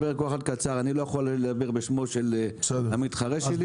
אני לא יכול לדבר בשמו של המתחרה שלי,